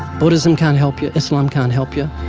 buddhism can't help you. islam can't help you.